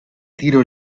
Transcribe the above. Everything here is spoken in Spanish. tiro